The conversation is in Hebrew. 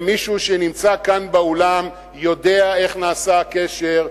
ומישהו שנמצא כאן באולם יודע איך נעשה הקשר,